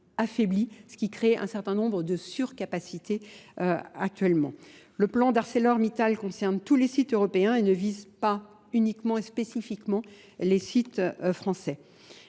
affaiblit, ce qui crée un certain nombre de surcapacités actuellement. Le plan d'ArcelorMittal concerne tous les sites européens et ne vise pas uniquement et spécifiquement les sites français.